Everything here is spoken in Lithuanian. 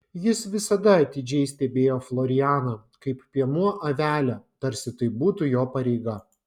jis visada atidžiai stebėjo florianą kaip piemuo avelę tarsi tai būtų jo pareiga